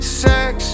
sex